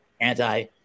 anti